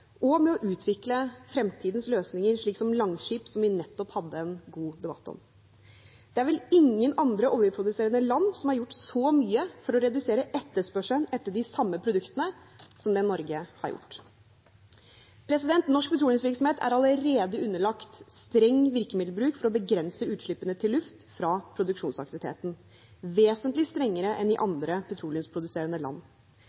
og for å utvikle fremtidens løsninger, slik som Langskip, som vi nettopp hadde en god debatt om. Det er vel ingen andre oljeproduserende land som har gjort så mye for å redusere etterspørselen etter de samme produktene som det Norge har gjort. Norsk petroleumsvirksomhet er allerede underlagt en streng virkemiddelbruk for å begrense utslippene til luft fra produksjonsaktiviteten – vesentlig strengere enn i andre petroleumsproduserende land.